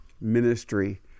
ministry